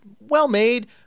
well-made